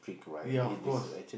ya of course